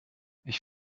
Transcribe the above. ich